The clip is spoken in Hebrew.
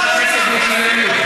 חבר הכנסת מיקי לוי.